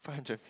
five hundred